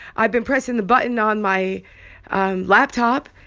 i've been pressing the button on my and laptop,